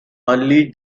early